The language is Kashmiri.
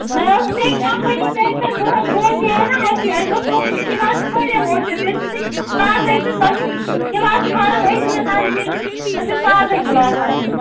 نہ حظ بیٚیہِ کَمپٔنی پٮ۪ٹھ نہٕ تُہُنٛد بوزے نا اَسہِ اَسہِ دوٚپ تُہُنٛد تہِ گِلاس چھُ واریاہ مۄشوٗر بیٚیہِ چھُو تُہۍ تازَے تہٕ تۄہہِ چھُو گِلاس فارَم أتی یہِ نزدیٖکٕے تۄہہِ چھُو تازَے گِلاس آسان